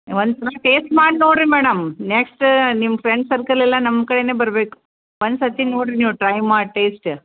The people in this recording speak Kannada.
ಒಂದು ಸಲ ಟೇಸ್ಟ್ ಮಾಡಿ ನೋಡಿರಿ ಮೇಡಮ್ ನೆಕ್ಸ್ಟ್ ನಿಮ್ಮ ಫ್ರೆಂಡ್ ಸರ್ಕಲ್ಲೆಲ್ಲ ನಮ್ಮ ಕಡೆನೇ ಬರ್ಬೇಕು ಒಂದ್ಸರ್ತಿ ನೋಡಿರಿ ನೀವು ಟ್ರೈ ಮಾಡಿ ಟೇಸ್ಟ್